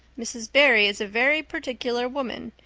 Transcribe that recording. mrs. barry is a very particular woman.